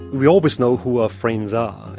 we always know who our friends are,